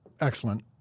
excellent